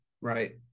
right